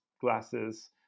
glasses